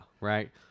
Right